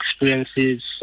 experiences